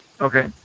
Okay